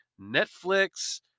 Netflix